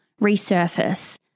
resurface